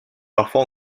parfois